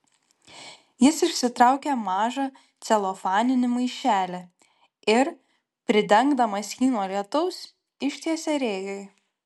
jis išsitraukė mažą celofaninį maišelį ir pridengdamas jį nuo lietaus ištiesė rėjui